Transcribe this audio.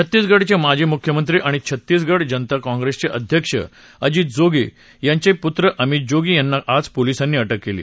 छत्तीसगढचे माजी मुख्यमंत्री आणि छत्तीसगढ जनता काँग्रेसचे अध्यक्ष अजित जोगी यांचे पुत्र अमित जोगी यांना आज पोलिसांनी अटक केली